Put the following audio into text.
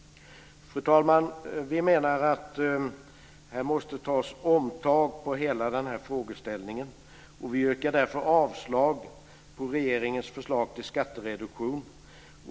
Fru talman! Vi menar att hela den här frågeställningen måste tas upp igen. Vi yrkar därför avslag på regeringens förslag till skattereduktion.